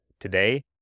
today